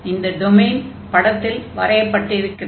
இந்த டொமைன் படத்தில் வரையப்பட்டிருக்கிறது